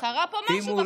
קרה פה משהו בחג הזה.